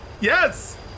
Yes